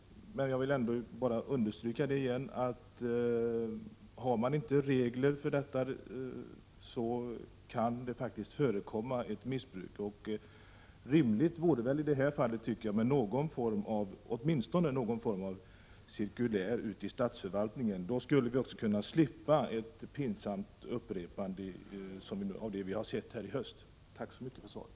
Men jag vill åter understryka att missbruk kan förekomma om man inte har regler. I det här fallet vore det rimligt med åtminstone någon form av cirkulär ute i statsförvaltningen. Då skulle vi också kunna slippa ett pinsamt upprepande av det vi har sett i höst. Än en gång: Tack för svaret!